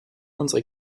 unsere